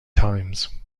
times